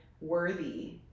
worthy